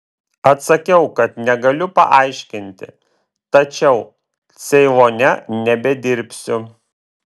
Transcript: atsakiau kad negaliu paaiškinti tačiau ceilone nebedirbsiu